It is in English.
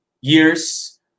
years